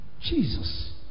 Jesus